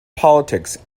politics